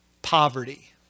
poverty